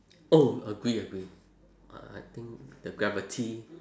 oh agree agree I I think the gravity